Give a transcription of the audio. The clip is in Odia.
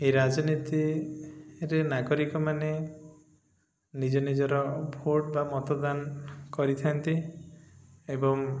ଏହି ରାଜନୀତିରେ ନାଗରିକମାନେ ନିଜ ନିଜର ଭୋଟ ବା ମତଦାନ କରିଥାନ୍ତି ଏବଂ